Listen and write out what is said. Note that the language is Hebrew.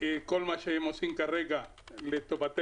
כל מה שהם עושים כרגע לטובתנו,